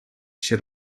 she